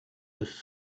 was